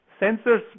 sensors